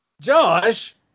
Josh